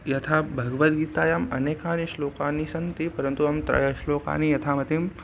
यथा भगवद्गीतायाम् अनेकानि श्लोकानि सन्ति परन्तु अहं त्रयश्लोकानि यथामतिम्